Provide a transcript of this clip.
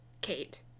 Kate